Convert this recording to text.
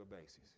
basis